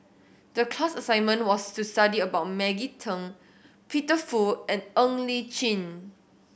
the class assignment was to study about Maggie Teng Peter Fu and Ng Li Chin